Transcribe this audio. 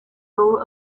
soul